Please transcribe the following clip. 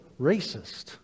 racist